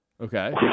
Okay